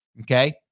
okay